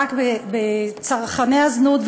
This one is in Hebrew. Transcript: ולמאבק בצרכני הזנות,